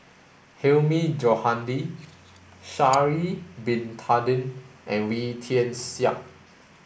Hilmi Johandi Sha'ari bin Tadin and Wee Tian Siak